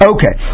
Okay